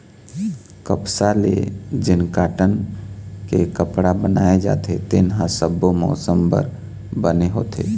कपसा ले जेन कॉटन के कपड़ा बनाए जाथे तेन ह सब्बो मउसम बर बने होथे